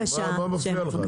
מה זה מפריע לך?